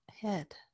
head